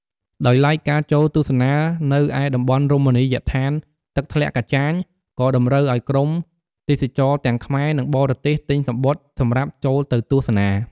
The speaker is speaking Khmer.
ដោយឡែកការចូលទស្សនានៅឯតំបន់រមណីយដ្ឋានទឹកធ្លាក់កាចាញក៏តម្រូវឲ្យក្រុមទេសចរទាំងខ្មែរ និងបរទេសទិញសំបុត្រសម្រាប់ចូលទៅទស្សនា។